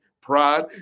pride